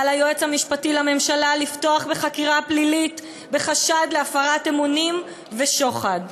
ועל היועץ המשפטי לממשלה לפתוח בחקיקה פלילית בחשד להפרת אמונים ושוחד.